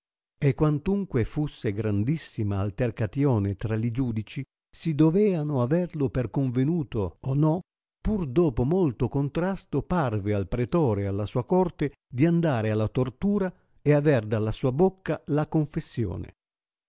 e quantunque fusse grandissima altercatione tra li giudici si doveano averlo per convenuto o no pur dopo molto contrasto parve al pretore e alla sua corte di andar alla tortura e aver dalla sua bocca la confessione